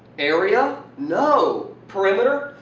area. no perimeter.